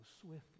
swiftly